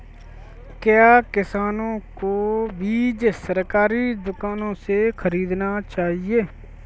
क्या किसानों को बीज सरकारी दुकानों से खरीदना चाहिए?